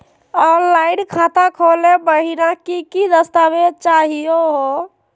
Online खाता खोलै महिना की की दस्तावेज चाहीयो हो?